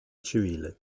civile